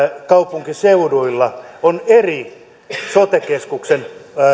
kaupunkiseuduilla on eri sote keskuksen